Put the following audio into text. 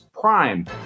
Prime